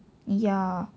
ya